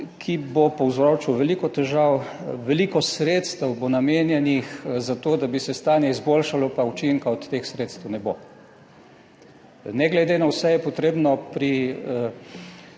ki bo povzročil veliko težav. Veliko sredstev bo namenjenih za to, da bi se stanje izboljšalo, pa učinka od teh sredstev ne bo. Ne glede na vse je potrebno pri